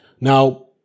Now